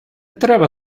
треба